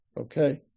okay